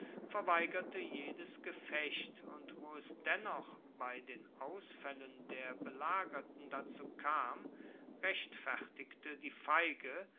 verweigerte jedes gefecht und wo es dennoch bei den ausfällen der belagerten dazu kam rechtfertigte die feige